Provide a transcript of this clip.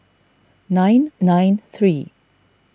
nine nine three